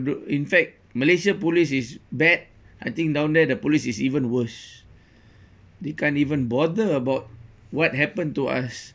in fact malaysia police is bad I think down there the police is even worse they can't even bother about what happen to us